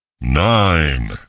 nine